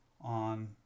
on